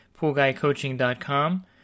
poolguycoaching.com